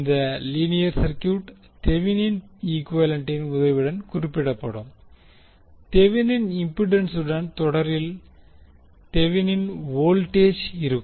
இந்த linear circuit Thevenin ஈக்குவேலன்டின் உதவியுடன் குறிப்பிடப்படும் தெவினின் இம்பிடன்சுடன் தொடரில் தெவினின் வோல்டேஜ் இருக்கும்